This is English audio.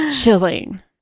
Chilling